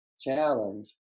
challenge